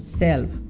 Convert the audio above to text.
self